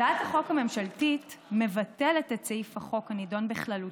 הצעת החוק הממשלתית מבטלת את סעיף החוק הנדון בכללותו,